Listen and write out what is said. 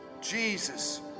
Jesus